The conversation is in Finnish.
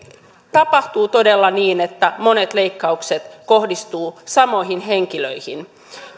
tapahtuu todella niin että monet leikkaukset kohdistuvat samoihin henkilöihin